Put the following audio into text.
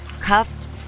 cuffed